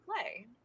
play